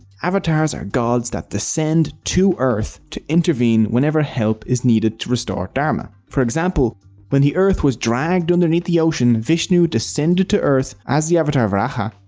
avatars are gods that descend to earth to intervene whenever help is needed to restore dharma. for example when the earth was dragged underneath the ocean vishnu descended to earth as the avatar varaha,